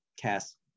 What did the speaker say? cast